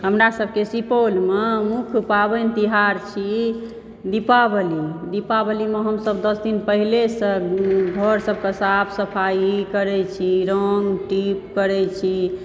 हमरा सबके सुपौलमे मुख्य पावैनि तिहार छी दिपावली दिपावलीमे हमसभ दस दिन पहिले सऽ घर सबके साफ सफाई करै छी रंग टीप करै छी